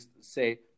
say